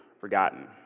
forgotten